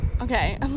Okay